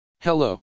Hello